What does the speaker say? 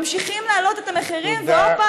ממשיכים להעלות את המחירים ועוד פעם